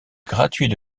gratuits